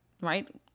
Right